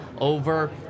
over